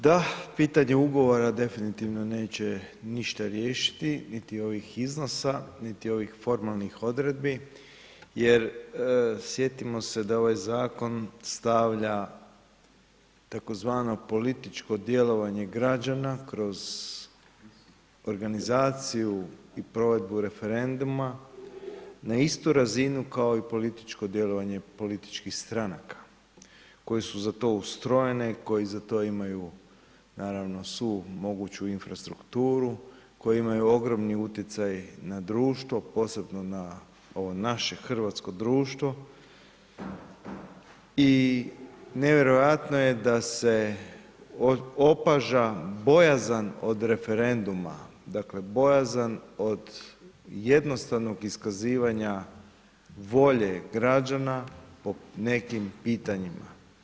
Da, pitanje ugovora definitivno neće ništa riješiti niti ovih iznosa niti ovih formalnih odredbi jer sjetimo se da ovaj zakon stavlja tzv. političko djelovanje građana kroz organizaciju i provedbu referenduma na istu razinu kao i političko djelovanje političkih stranaka koje su za to ustrojene, koje za to imaju naravno svu moguću infrastrukturu, koji imaju ogromni utjecaj na društvo, posebno na ovo naše hrvatsko društvo i nevjerojatno je da se opaža bojazan od referenduma, dakle bojazan od jednostavnog iskazivanja volje građana o nekim pitanjima.